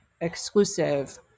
exclusive